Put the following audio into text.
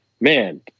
man